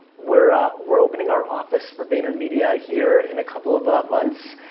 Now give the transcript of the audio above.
we're we're opening our office for vaynermedia here in a couple of ah months.